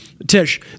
Tish